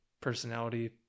personality